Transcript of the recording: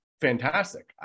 fantastic